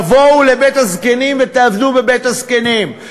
תבואו לבית-הזקנים ותעבדו בבית-הזקנים,